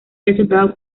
resultado